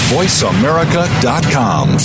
VoiceAmerica.com